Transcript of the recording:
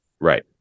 right